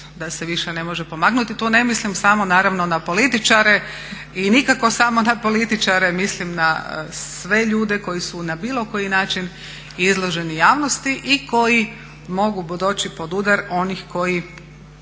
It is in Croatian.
da se više ne može pomaknuti. Tu ne mislim samo naravno na političare i nikako samo na političare. Mislim na sve ljude koji su na bilo koji način izloženi javnosti i koji mogu doći pod udar onih koji